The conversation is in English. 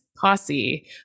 posse